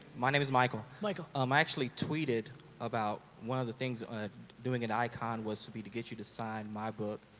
my name is michael. michael. um i actually tweeted about one of the things doing at icon was to be to get you to sign my book,